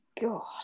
God